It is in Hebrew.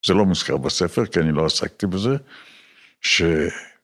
זה לא מוזכר בספר, כי אני לא עסקתי בזה.